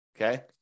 Okay